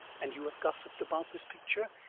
and you have gossiped about this picture,